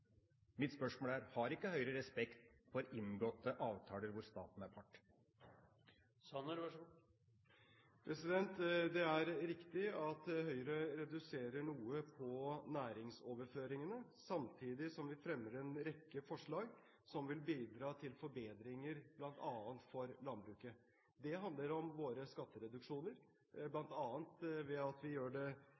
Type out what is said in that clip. Mitt spørsmål er: Har ikke Høyre respekt for inngåtte avtaler hvor staten er part? Det er riktig at Høyre reduserer noe på næringsoverføringene, samtidig som vi fremmer en rekke forslag som vil bidra til forbedringer for bl.a. landbruket. Det handler om våre skattereduksjoner, bl.a. ved at vi